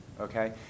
okay